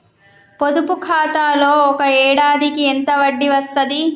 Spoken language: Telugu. పొదుపు ఖాతాలో ఒక ఏడాదికి ఎంత వడ్డీ వస్తది?